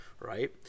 right